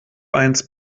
eins